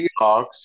seahawks